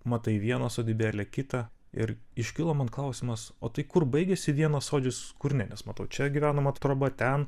matai vieną sodybėlę kitą ir iškilo man klausimas o tai kur baigiasi vieno sodžius kur ne nes matau čia gyvenama trobą ten